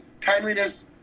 timeliness